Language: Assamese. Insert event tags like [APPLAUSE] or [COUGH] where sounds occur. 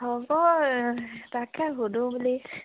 হ'ব [UNINTELLIGIBLE] তাকে সুধোঁ বুলি